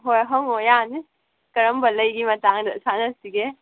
ꯍꯣꯏ ꯍꯪꯉꯨ ꯌꯥꯅꯤ ꯀꯔꯝꯕ ꯂꯩꯒꯤ ꯃꯇꯥꯡꯗ ꯁꯥꯟꯅꯁꯤꯒꯦ